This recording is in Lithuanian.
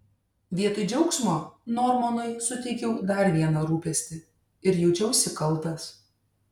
vietoj džiaugsmo normanui suteikiau dar vieną rūpestį ir jaučiausi kaltas